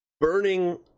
burning